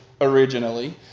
originally